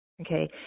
okay